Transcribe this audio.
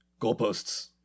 goalposts